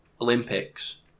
Olympics